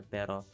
Pero